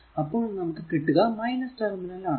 അപ്പോൾ നമുക്ക് കിട്ടുക ടെർമിനൽ ആണ്